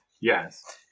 Yes